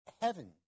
heaven